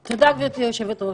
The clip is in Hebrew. תודה, גברתי היושבת ראש.